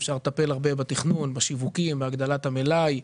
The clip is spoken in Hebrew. אפשר לטפל הרבה בתכנון, בשיווקים ובהגדלת המלאי.